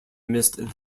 missed